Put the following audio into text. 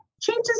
changes